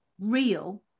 real